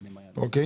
איפה?